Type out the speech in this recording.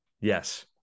yes